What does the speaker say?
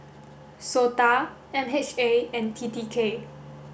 SOTA M H A and T T K